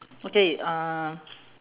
okay uh